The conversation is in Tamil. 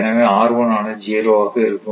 எனவே ஆனது 0 ஆக இருக்கும்